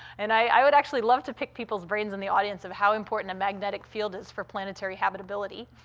and i would actually love to pick people's brains in the audience of how important a magnetic field is for planetary habitability.